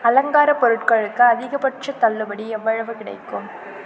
அலங்கார பொருட்களுக்கு அதிகபட்ச தள்ளுபடி எவ்வளவு கிடைக்கும்